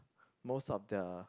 most of the